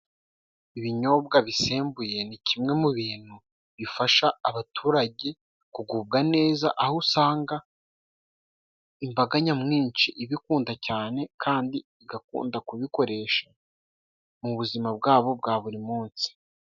Ibinyobwa bisembuye ni kimwe mu bintu bifasha abaturage kugubwa neza, aho usanga imbaga nyamwinshi iba ikunda cyane, kandi igakunda kubikoresha mu buzima bwabo bwa buri munsi.